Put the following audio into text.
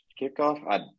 kickoff